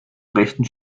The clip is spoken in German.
rechten